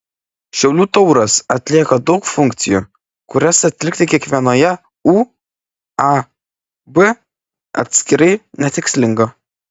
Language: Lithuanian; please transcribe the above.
šiaulių tauras atlieka daug funkcijų kurias atlikti kiekvienoje uab atskirai netikslinga